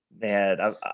Man